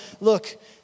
look